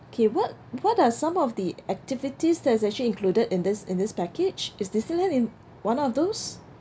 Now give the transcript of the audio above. okay what what are some of the activities that's actually included in this in this package is disneyland in one of those